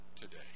today